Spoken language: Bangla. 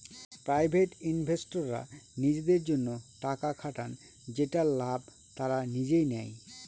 প্রাইভেট ইনভেস্টররা নিজেদের জন্য টাকা খাটান যেটার লাভ তারা নিজেই নেয়